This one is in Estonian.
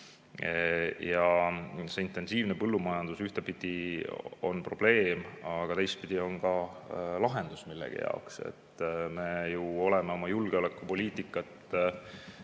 See intensiivne põllumajandus ühtpidi on probleem, aga teistpidi on see ka lahendus millegi jaoks. Me oleme oma julgeolekupoliitikat